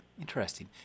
Interesting